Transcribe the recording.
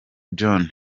john